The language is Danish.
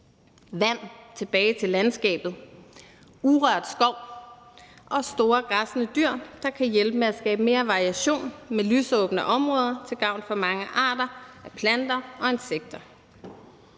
vand tilbage til landskabet, urørt skov og store græssende dyr, der kan hjælpe med at skabe mere variation med lysåbne områder til gavn for mange arter, planter og insekter.